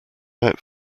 out